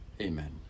Amen